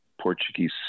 Portuguese